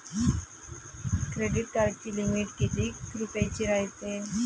Credit कार्डाची limit कितीक रुपयाची रायते?